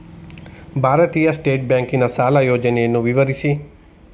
ಭಾರತೀಯ ಸ್ಟೇಟ್ ಬ್ಯಾಂಕಿನ ಸಾಲ ಯೋಜನೆಯನ್ನು ವಿವರಿಸಿ?